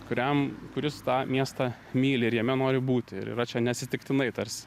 kuriam kuris tą miestą myli ir jame nori būti ir yra čia neatsitiktinai tarsi